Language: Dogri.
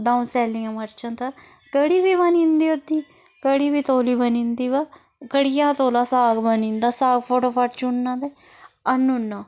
द'ऊं सैलियां मर्चां ते कड़ी बी बनी जंदी ओह्दी कढ़ी बी तौली बनी जंदी बा कढ़िया हा तौला साग बनी जंदा साग फटोफट्ट चुनना ते आह्नुना